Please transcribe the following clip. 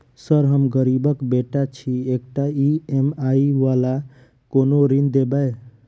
Sir हम गरीबक बेटा छी एकटा ई.एम.आई वला कोनो ऋण देबै?